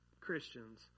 Christians